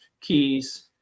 keys